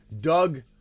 Doug